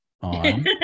on